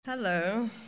Hello